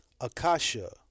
Akasha